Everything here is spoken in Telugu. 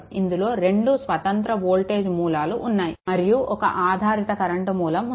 ఇందులో 2 స్వతంత్ర వోల్టేజ్ మూలాలు ఉన్నాయి మరియు ఒక ఆధారిత కరెంట్ మూలం ఉంది